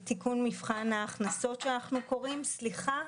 על תיקון מבחן ההכנסה סליחה,